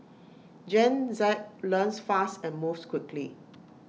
Gen Z learns fast and moves quickly